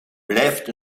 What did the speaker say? blijft